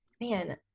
man